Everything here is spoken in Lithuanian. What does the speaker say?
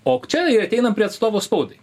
o čia ir ateinam prie atstovo spaudai